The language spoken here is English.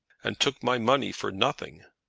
and took my money for nothing?